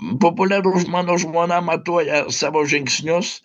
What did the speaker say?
populiaru mano žmona matuoja savo žingsnius